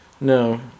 no